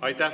Aitäh!